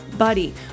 buddy